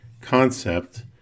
concept